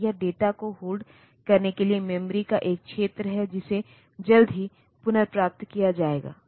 तो यह डेटा को होल्ड करने के लिए मेमोरी का एक क्षेत्र है जिसे जल्द ही पुनर्प्राप्त किया जाएगा